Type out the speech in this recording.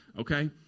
okay